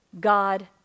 God